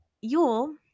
Yule